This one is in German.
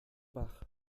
bach